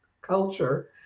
culture